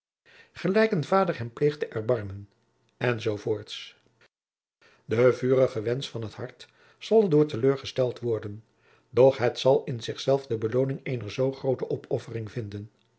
gelijck een vader hem pleegh te erbarmen en zoo voort e vurige wensch van het hart zal er door te leur gesteld worden doch het zal in zichzelf de beloning eener zoo groote opoffering vinden